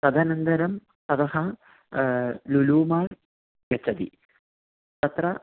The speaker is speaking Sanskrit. तदनन्दरम् अतः लुलू माल् गच्छति तत्र